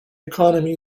economy